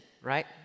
Right